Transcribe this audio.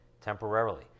temporarily